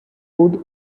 wood